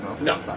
No